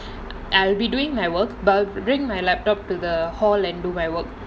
I'll be doing my work but I will bring my laptop to the hall and do my work